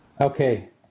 Okay